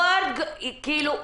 מבחינתכם,